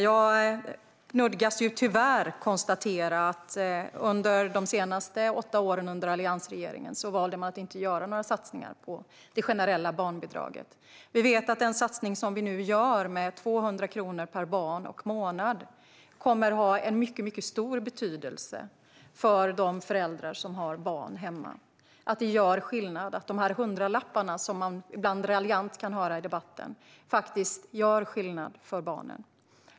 Jag nödgas tyvärr konstatera att under de senaste åtta åren, under alliansregeringen, valde man att inte göra några satsningar på det generella barnbidraget. Vi vet att den satsning som vi nu gör med 200 kronor per barn och månad kommer att ha en mycket stor betydelse för de föräldrar som har barn hemma. Det gör skillnad. Dessa hundralappar, som man ibland kan höra att det talas raljant om i debatten, gör faktiskt skillnad för barnen.